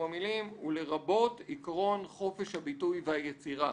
המילים: "לרבות עיקרון חופש הביטוי והיצירה".